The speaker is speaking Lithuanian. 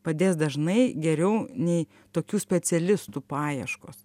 padės dažnai geriau nei tokių specialistų paieškos